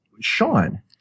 Sean